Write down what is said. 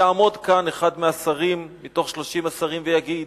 יעמוד כאן אחד מהשרים, מתוך 30 השרים, ויגיד: